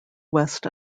west